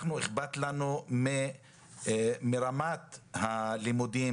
אכפת לנו מרמת הלימודים,